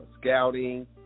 scouting